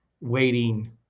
waiting